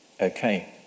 Okay